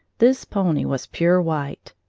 this pony was pure white.